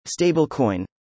Stablecoin